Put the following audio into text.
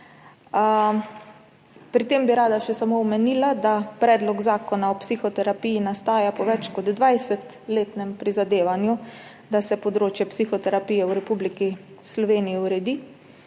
Pri tem bi rada še samo omenila, da predlog zakona o psihoterapiji nastaja po več kot 20-letnem prizadevanju, da se uredi področje psihoterapije v Republiki Sloveniji,